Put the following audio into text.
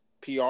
PR